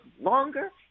longer